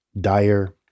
dire